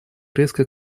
резко